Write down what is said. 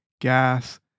gas